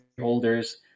holders